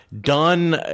done